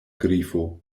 grifo